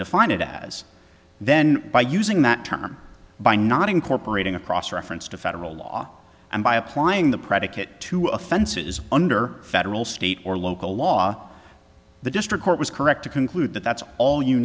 define it as then by using that term by not incorporating across reference to federal law and by applying the predicate to offenses under federal state or local law the district court was correct to conclude that that's all you